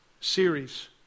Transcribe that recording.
series